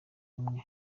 umwe